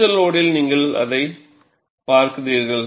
உச்ச லோடில் நீங்கள் அதைப் பார்க்கிறீர்கள்